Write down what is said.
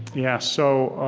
yeah so,